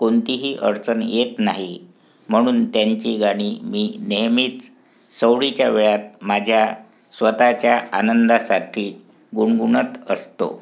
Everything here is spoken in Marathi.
कोणतीही अडचण येत नाही म्हणून त्यांची गाणी मी नेहमीच सवडीच्या वेळात माझ्या स्वतःच्या आनंदासाठी गुणगुणत असतो